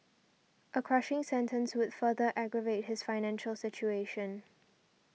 a crushing sentence would further aggravate his financial situation